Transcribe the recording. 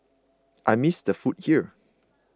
I miss the food here